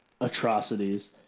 atrocities